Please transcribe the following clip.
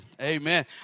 Amen